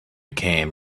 came